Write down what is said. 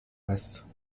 است